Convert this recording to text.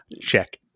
check